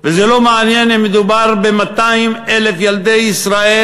ולא מעניין אם מדובר ב-200,000 ילדי ישראל